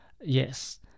Yes